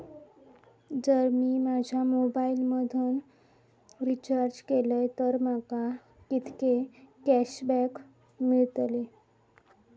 जर मी माझ्या मोबाईल मधन रिचार्ज केलय तर माका कितके कॅशबॅक मेळतले?